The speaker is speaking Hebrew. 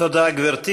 תודה, גברתי.